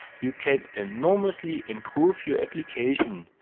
you can enormously improve your application.